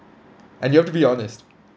and you've to be honest